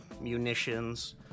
munitions